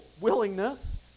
willingness